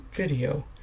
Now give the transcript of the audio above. video